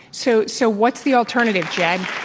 so so what's the alternative, yeah